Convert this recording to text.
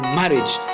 marriage